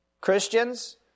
Christians